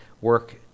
work